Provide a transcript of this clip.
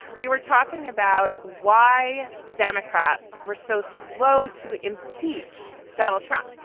we were talking about why democrats were so slow to impeach donald trump. oh,